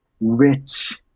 rich